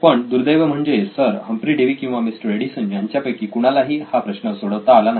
पण दुर्दैव म्हणजे सर हम्फ्री डेवी किंवा मिस्टर एडिसन यांच्यापैकी कुणालाही हा प्रश्न सोडवता आला नाही